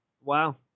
Wow